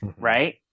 right